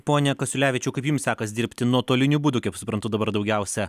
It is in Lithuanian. pone kasiulevičiau kaip jums sekasi dirbti nuotoliniu būdu kaip suprantu dabar daugiausia